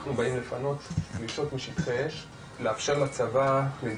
אז לפני שאני אענה על השאלה קודם כל אני